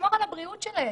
שתשמור על הבריאות שלהם,